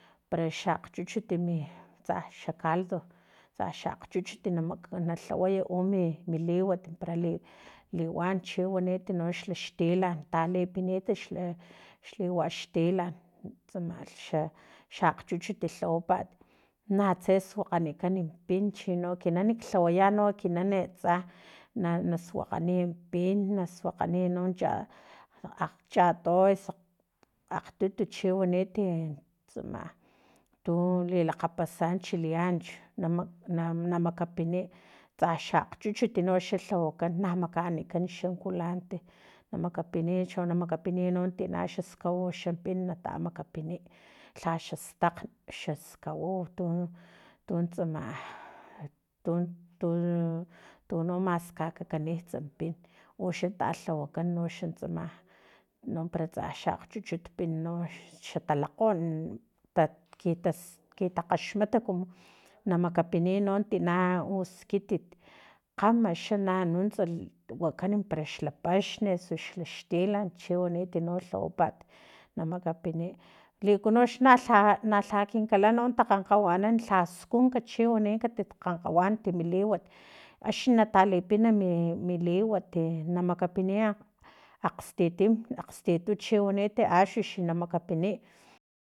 Para xa akgchuchut mi tsa xa kaldo tsa xa akgchuchut na lhawaya u mi liwat para liwan chiwanit no xla xtilan talipinita xliwa xtilan tsama xa xakgchuchut tlawapat natsa suakganikan pin chino ekina lhawaya ekinan tsa nasuakganiy pin na suakganiy cha akgchato o su akgtutu chiwaniti tsama tu lilakgapasa chileanch na makapiniy tsa xa akgchuchut tunuk xa lhawakan na makanikan uxa kulante namakapiniy cho namakapiniy tina xa skawaw xa pin nata makapiniy lhaxastakg xaskawau tu tuntsama aatu tu maskakakanits pin uxa talhawakan noxa tsam nompara xa akchuchut pin no xatalakgon kas kitakgaxmat namakapiniy no tina na u skitit kgama na xa nunts wakan para xlapaxn o su xla xtilan chiwanitino lhawapat namakapiniy likunoxa lha na lha kinkalan takgankgawanan lhaskunk chiwani kati kgankgawananti mi liwat axni natalipin mi liwat e namakapiniy akgstitim akgstutu chiwani axux na makapiniy